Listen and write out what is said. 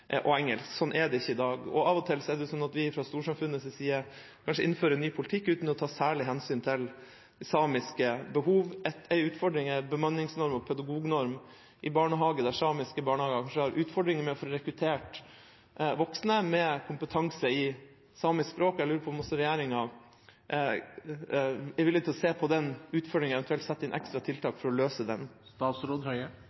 Sånn er det ikke i dag. Av og til er det sånn at vi fra storsamfunnets side kanskje innfører ny politikk uten å ta særlig hensyn til samiske behov. En utfordring er bemanningsnormen og pedagognormen i barnehager, der samiske barnehager har utfordring med å få rekruttert voksne med kompetanse i samisk språk. Jeg lurer på om også regjeringa er villig til å se på den utfordringen, og eventuelt sette inn ekstra tiltak